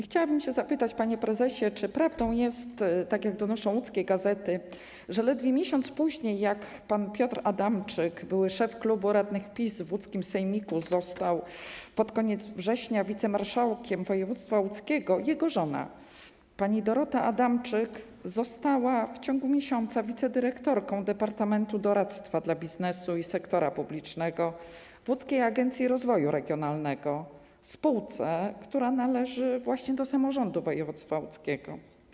Chciałabym zapytać, panie prezesie, czy prawdą jest - jak donoszą łódzkie gazety - że ledwie miesiąc po tym, jak pan Piotr Adamczyk, były szef klubu radnych PiS w łódzkim sejmiku, pod koniec września został wicemarszałkiem województwa łódzkiego, jego żona pani Dorota Adamczyk w ciągu miesiąca została wicedyrektorką Departamentu Doradztwa dla Biznesu i Sektora Publicznego w Łódzkiej Agencji Rozwoju Regionalnego, spółce, która należy właśnie do samorządu województwa łódzkiego.